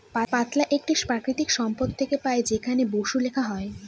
পাতলা একটি প্রাকৃতিক সম্পদ থেকে পাই যেখানে বসু লেখা হয়